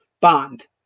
bond